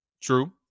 True. –